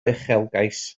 uchelgais